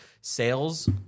sales